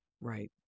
right